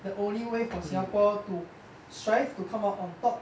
the only way for singapore to strive to come out on top